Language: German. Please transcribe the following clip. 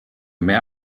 mehr